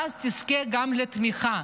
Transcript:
ואז תזכה גם לתמיכה.